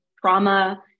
trauma